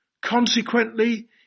Consequently